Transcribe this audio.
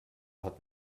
hat